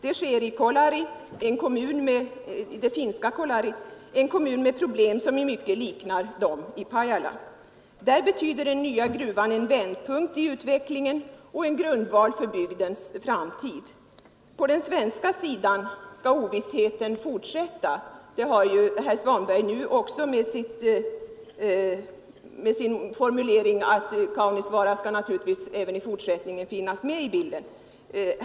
Det sker i det finska Kolari, en kommun med problem som i mycket liknar dem i Pajala. Där betyder den nya gruvan en vändpunkt i utvecklingen och är en grundval för bygdens framtid. Herr Svanberg sade att Kaunisvaara naturligtvis även i fortsättningen skall finnas med i bilden.